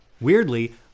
Weirdly